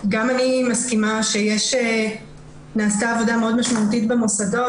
גם אני מסכימה שנעשתה עבודה מאוד משמעותית במוסדות,